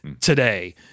today